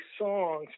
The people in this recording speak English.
songs